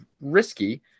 risky